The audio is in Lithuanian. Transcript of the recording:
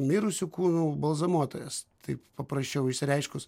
mirusių kūnų balzamuotojas taip paprasčiau išsireiškus